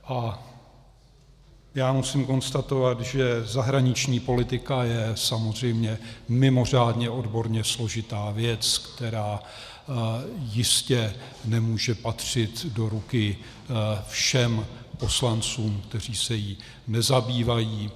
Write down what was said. A já musím konstatovat, že zahraniční politika je samozřejmě mimořádně odborně složitá věc, která jistě nemůže patřit do ruky všem poslancům, kteří se jí nezabývají.